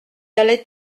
allez